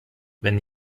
wenn